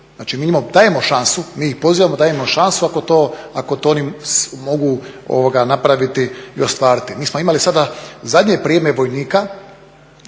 njima dajemo šansu, mi ih pozivamo, dajemo šansu ako to oni mogu napraviti i ostvariti. Mi smo imali sada zadnje prijeme vojnika,